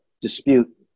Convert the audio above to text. dispute